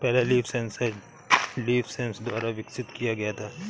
पहला leaf sensor LeafSense द्वारा विकसित किया गया था